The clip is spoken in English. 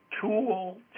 tool